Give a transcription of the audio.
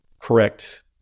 correct